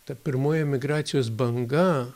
ta pirmoji emigracijos banga